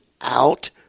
out